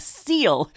seal